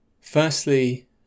Firstly